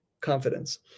confidence